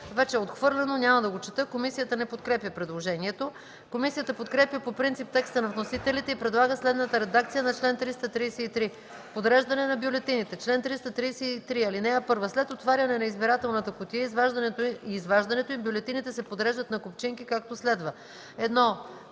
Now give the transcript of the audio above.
вече е отхвърлено. Няма да го чета. Комисията не подкрепя предложението. Комисията подкрепя по принцип текста на вносителите и предлага следната редакция на чл. 333: „Подреждане на бюлетините Чл. 333. (1) След отваряне на избирателната кутия и изваждането им бюлетините се подреждат на купчинки, както следва: